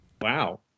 Wow